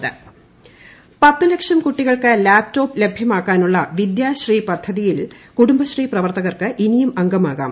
വിദ്യാശ്രീപദ്ധതി പത്ത് ലക്ഷം കുട്ടികൾക്ക് ലാപ്ടോപ്പ് ലഭ്യമാക്കാനുള്ള വിദ്യാശ്രീ പദ്ധതിയിൽ കുടുംബശ്രീ പ്രവർത്തകർക്ക് ഇനിയും അംഗമാകാം